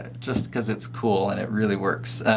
and just because it's cool and it really works.